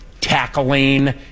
tackling